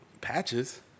patches